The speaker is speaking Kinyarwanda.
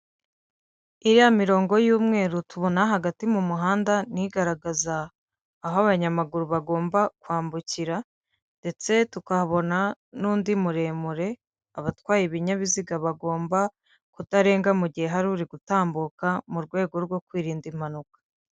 Iriya mirongo y'umweru tubona hagati mu muhanda n'igaragaza aho abanyamaguru bagomba kwambukira ndetse tukabona n'undi muremure abatwaye ibinyabiziga bagomba kutarenga mu mugihe hari uri gutambuka, mu rwego rwo kwirinda impanuka.